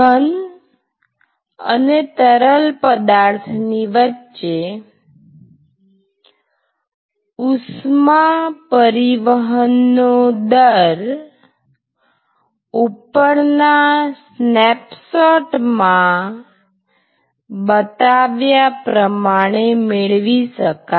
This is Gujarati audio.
ઘન અને તરલ પદાર્થ ની વચ્ચે ઉષ્મા પરિવહન નો દર ઉપરના સ્નેપશોટ માં બતાવ્યા પ્રમાણે મેળવી શકાય